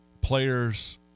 players –